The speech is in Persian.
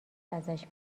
ازش